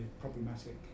problematic